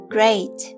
Great